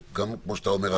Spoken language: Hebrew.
כמו שאתה אומר עכשיו,